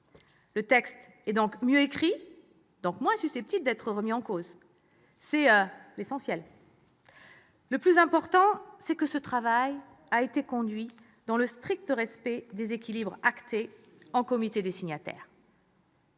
Le texte est mieux écrit, par conséquent moins susceptible d'être remis en cause. C'est essentiel. Le plus important, c'est que ce travail a été conduit dans le strict respect des équilibres fixés lors du comité des signataires.